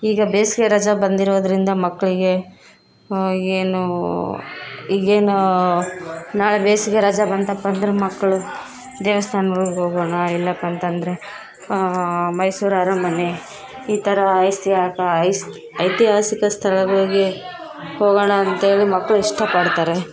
ಈಗ ಬೇಸಿಗೆ ರಜೆ ಬಂದಿರೋದರಿಂದ ಮಕ್ಕಳಿಗೆ ಏನು ಈಗೇನು ನಾಳೆ ಬೇಸಿಗೆ ರಜೆ ಬಂತಪ್ಪ ಅಂದ್ರೆ ಮಕ್ಕಳು ದೇವಸ್ಥಾನಗಳಿಗೆ ಹೋಗೋಣ ಇಲ್ಲಪ್ಪ ಅಂತಂದರೆ ಮೈಸೂರು ಅರಮನೆ ಈ ಥರ ಐಸ್ತಿಹಾಕ ಐಸ್ ಐತಿಹಾಸಿಕ ಸ್ಥಳಗಳಿಗೆ ಹೋಗೋಣ ಅಂತ ಹೇಳಿ ಮಕ್ಕಳು ಇಷ್ಟಪಡ್ತಾರೆ